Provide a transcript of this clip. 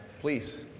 please